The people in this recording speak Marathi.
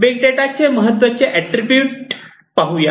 बिग डेटा चे महत्वाचे अट्रीब्युट पाहूया